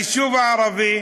היישוב הערבי